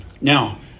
Now